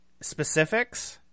specifics